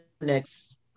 next